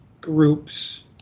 groups